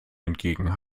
entgegen